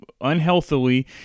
unhealthily